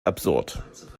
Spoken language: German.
absurd